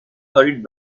hurried